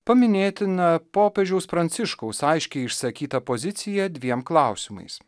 paminėtina popiežiaus pranciškaus aiškiai išsakyta pozicija dviem klausimais